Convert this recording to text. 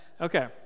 okay